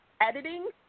editing